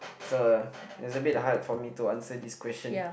so it's a bit hard for me to answer this question